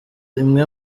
imwe